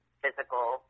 physical